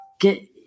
Get